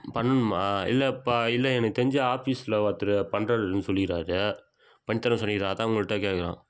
பண்ணணுமா இல்லை இப்பாே இல்லை எனக்கு தெரிஞ்ச ஆபீஸ்சில் ஒருத்தர் பண்ணுறாருன்னு சொல்லியிருக்காரு பண்ணித்தரேன்னு சொல்லியிருக்காரு அதுதான் உங்கள்கிட்ட கேட்குறேன்